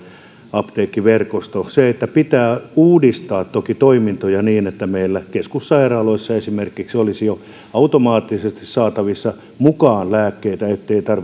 apteekkiverkosto pitää toki uudistaa toimintoja niin että meillä esimerkiksi keskussairaaloissa olisi jo automaattisesti saatavissa mukaan lääkkeitä ettei